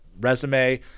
resume